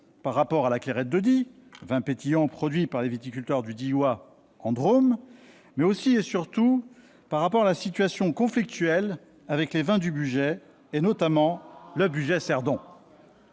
par rapport à la Clairette de Die, vin pétillant produit par les viticulteurs du Diois dans la Drôme, mais aussi et surtout par rapport à la situation conflictuelle avec les vins du Bugey notamment le Bugey Cerdon,